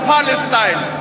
Palestine